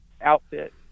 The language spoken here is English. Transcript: outfit